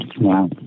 Wow